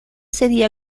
sería